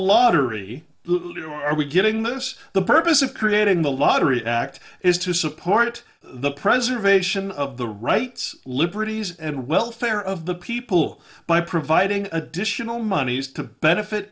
lottery looter are we getting this the purpose of creating the lottery act is to support the preservation of the rights liberties and welfare of the people by providing additional monies to benefit